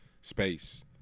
space